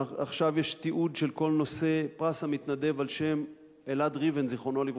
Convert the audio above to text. עכשיו יש תיעוד של כל נושא פרס המתנדב על שם אלעד ריבן ז"ל,